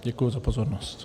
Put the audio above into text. Děkuji za pozornost.